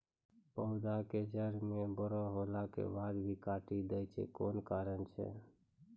पौधा के जड़ म बड़ो होला के बाद भी काटी दै छै कोन कारण छै?